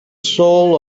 soul